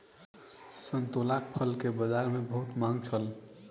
संतोलाक फल के बजार में बहुत मांग छल